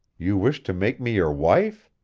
you wish to make me your wife?